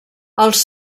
els